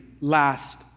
last